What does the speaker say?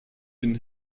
den